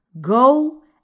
Go